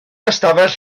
ystafell